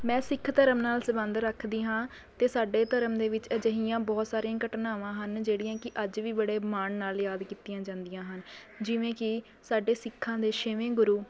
ਮੈਂ ਸਿੱਖ ਧਰਮ ਨਾਲ਼ ਸੰਬੰਧ ਰੱਖਦੀ ਹਾਂ ਅਤੇ ਸਾਡੇ ਧਰਮ ਦੇ ਵਿੱਚ ਅਜਿਹੀਆਂ ਬਹੁਤ ਸਾਰੀਆਂ ਘਟਨਾਵਾਂ ਹਨ ਜਿਹੜੀਆਂ ਕਿ ਅੱਜ ਵੀ ਬੜੇ ਮਾਣ ਨਾਲ਼ ਯਾਦ ਕੀਤੀਆਂ ਜਾਂਦੀਆਂ ਹਨ ਜਿਵੇਂ ਕਿ ਸਾਡੇ ਸਿੱਖਾਂ ਦੇ ਛੇਵੇਂ ਗੁਰੂ